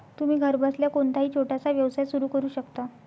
तुम्ही घरबसल्या कोणताही छोटासा व्यवसाय सुरू करू शकता